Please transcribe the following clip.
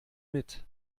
mit